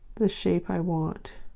the shape i want